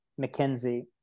McKinsey